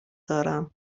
دارم